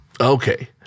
Okay